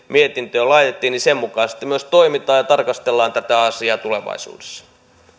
mietintöön yksimielisesti laitettiin sitten myös toimitaan ja tarkastellaan tätä asiaa tulevaisuudessa